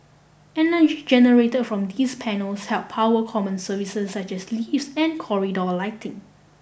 energy generate from these panels help power common services such as lifts and corridor lighting